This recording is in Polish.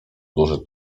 duży